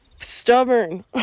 stubborn